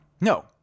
No